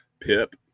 Pip